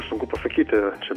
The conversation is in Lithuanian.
sunku pasakyti čia